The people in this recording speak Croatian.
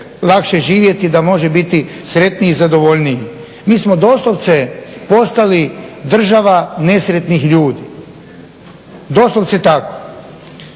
lakše živjeti da može biti sretniji i zadovoljniji? Mi smo doslovce postali država nesretnih ljudi, doslovce tako.